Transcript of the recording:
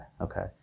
Okay